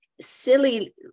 silly